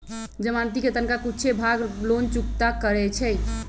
जमानती कें तनका कुछे भाग लोन चुक्ता करै छइ